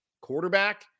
quarterback